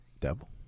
devil